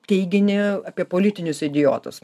teiginį apie politinius idiotus